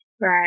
Right